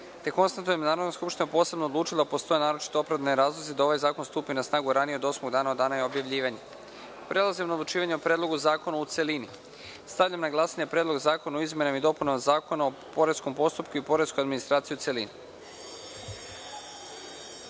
da je Narodna skupština posebno odlučila da postoje naročito opravdani razlozi da ovaj zakon stupi na snagu ranije od osmog dana od dana objavljivanja. Prelazimo na odlučivanje o Predlogu zakona u celini. Stavljam na glasanje Predlog zakona o izmenama i dopunama Zakona o poreskom postupku i poreskoj administraciji, u celini. Molim